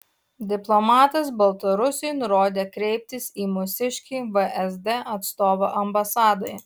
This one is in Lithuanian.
diplomatas baltarusiui nurodė kreiptis į mūsiškį vsd atstovą ambasadoje